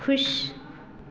खुश